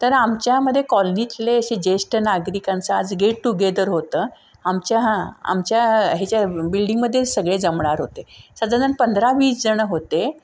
तर आमच्यामध्ये कॉलनीतले असे ज्येष्ठ नागरिकांचं आज गेट टुगेदर होतं आमच्या हा आमच्या ह्याच्या बिल्डिंगमधील सगळे जमणार होते सजाजण पंधरा वीस जण होते